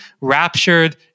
raptured